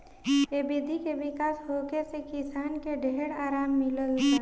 ए विधि के विकास होखे से किसान के ढेर आराम मिलल बा